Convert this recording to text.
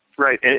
Right